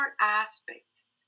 aspects